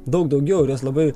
daug daugiau ir jos labai